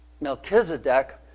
Melchizedek